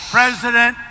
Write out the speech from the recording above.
President